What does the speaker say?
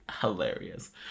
hilarious